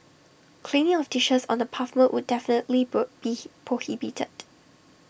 cleaning of dishes on the pavement would definitely be prohibited